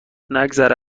نگذره